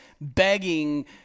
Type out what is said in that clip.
begging